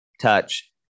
touch